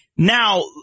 Now